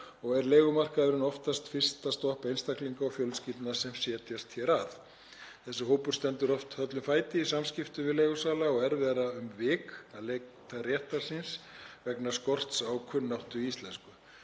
og er leigumarkaðurinn oftast fyrsta stopp einstaklinga og fjölskyldna sem setjast hér að. Þessi hópur stendur oft höllum fæti í samskiptum við leigusala og á erfiðara um vik að leita réttar síns vegna skorts á kunnáttu í íslensku.